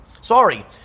Sorry